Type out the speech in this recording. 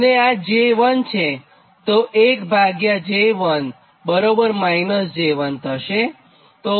અને આ j1 છે તો 1 ભાગ્યા j1 બરાબર -j1 થશે